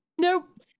nope